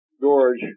George